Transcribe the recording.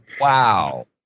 Wow